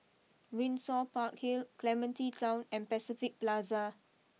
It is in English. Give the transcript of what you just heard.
Windsor Park Hill Clementi Town and Pacific Plaza